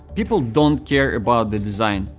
people don't care about the design.